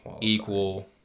equal